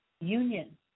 union